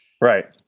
Right